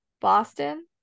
Boston